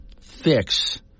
fix